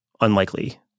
unlikely